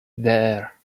there